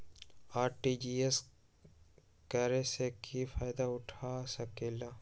RTGS करे से की फायदा उठा सकीला?